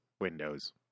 Windows